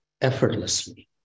effortlessly